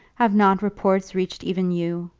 have not reports reached even you?